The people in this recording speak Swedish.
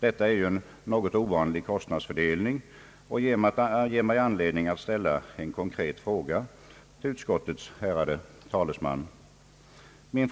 Detta är ju en något ovanlig kostnadsfördelning, och den ger mig anledning att ställa en konkret fråga till utskottets ärade talesman.